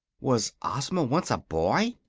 was ozma once a boy?